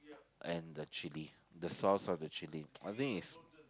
and the chilli the sauce or the chilli I think is